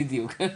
בדיוק.